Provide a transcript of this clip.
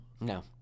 No